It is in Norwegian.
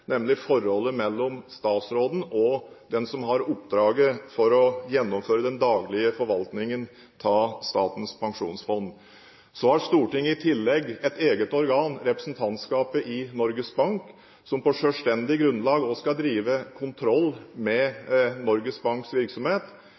nemlig forholdet mellom statsråden og den som har oppdraget med å gjennomføre den daglige forvaltningen av Statens pensjonsfond. Så har Stortinget i tillegg et eget organ, representantskapet i Norges Bank, som på selvstendig grunnlag også skal drive kontroll med